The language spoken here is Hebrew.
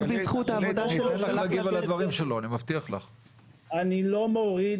רק בזכות העבודה שלו --- אני לא מוריד